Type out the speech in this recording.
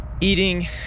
eating